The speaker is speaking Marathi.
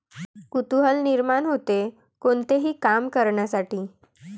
कुतूहल निर्माण होते, कोणतेही काम करण्यासाठी